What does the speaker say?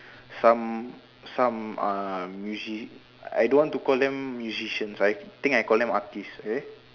some some uh music I don't want to call them musicians I think I call them artist okay